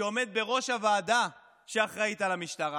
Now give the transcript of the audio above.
שעומד בראש הוועדה שאחראית למשטרה